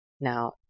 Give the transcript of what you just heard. now